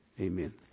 Amen